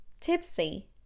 Tipsy